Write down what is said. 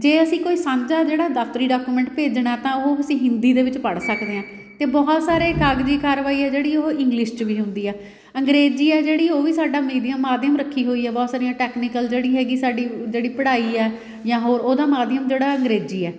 ਜੇ ਅਸੀਂ ਕੋਈ ਸਾਂਝਾ ਜਿਹੜਾ ਦਫ਼ਤਰੀ ਡਾਕੂਮੈਂਟ ਭੇਜਣਾ ਤਾਂ ਉਹ ਅਸੀਂ ਹਿੰਦੀ ਦੇ ਵਿੱਚ ਪੜ੍ਹ ਸਕਦੇ ਹਾਂ ਅਤੇ ਬਹੁਤ ਸਾਰੇ ਕਾਗਜ਼ੀ ਕਾਰਵਾਈ ਆ ਜਿਹੜੀ ਉਹ ਇੰਗਲਿਸ਼ 'ਚ ਵੀ ਹੁੰਦੀ ਆ ਅੰਗਰੇਜ਼ੀ ਹੈ ਜਿਹੜੀ ਉਹ ਵੀ ਸਾਡਾ ਮੀਡੀਅਮ ਮਾਧਿਅਮ ਰੱਖੀ ਹੋਈ ਆ ਬਹੁਤ ਸਾਰੀਆਂ ਟੈਕਨੀਕਲ ਜਿਹੜੀ ਹੈਗੀ ਸਾਡੀ ਜਿਹੜੀ ਪੜ੍ਹਾਈ ਹੈ ਜਾਂ ਹੋਰ ਉਹਦਾ ਮਾਧਿਅਮ ਜਿਹੜਾ ਅੰਗਰੇਜ਼ੀ ਹੈ